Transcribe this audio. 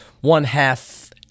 one-half